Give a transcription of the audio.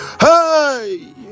hey